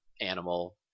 animal